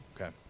Okay